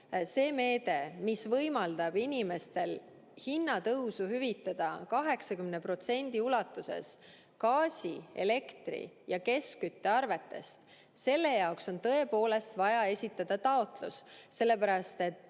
see meede, mis võimaldab inimestele hinnatõusu hüvitada 80% ulatuses gaasi-, elektri- ja keskküttearvetest. Selle jaoks on tõepoolest vaja esitada taotlus, sellepärast et